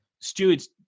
stewards